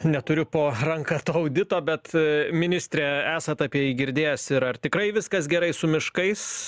neturiu po ranka to audito bet ministre esat apie jį girdėjęs ir ar tikrai viskas gerai su miškais